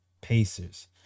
Pacers